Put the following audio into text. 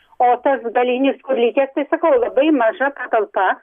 o tas galinis kur likęs tai sakau labai maža patalpa